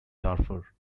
darfur